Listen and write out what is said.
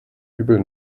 übel